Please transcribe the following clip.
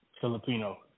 Filipino